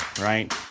right